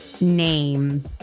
name